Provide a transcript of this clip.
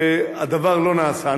והדבר לא נעשה.